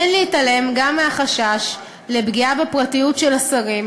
אין להתעלם גם מהחשש לפגיעה בפרטיות של השרים,